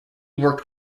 worked